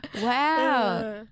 wow